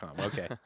okay